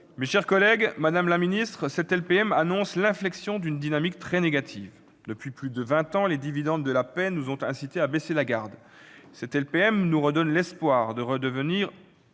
c'est mieux ! C'est vrai ! Cette LPM annonce l'inflexion d'une dynamique très négative. Depuis plus de vingt ans, les dividendes de la paix nous ont incités à baisser la garde ! Cette LPM nous redonne l'espoir de revenir